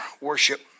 worship